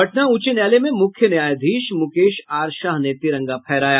पटना उच्च न्यायालय में मुख्य न्यायाधीश मुकेश आर शाह ने तिरंगा फहराया